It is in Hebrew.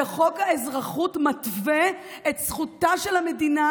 וחוק האזרחות מתווה את זכותה של המדינה